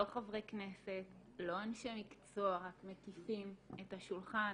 לא חברי כנסת, לא אנשי מקצוע רק מקיפים את השולחן